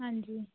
ਹਾਂਜੀ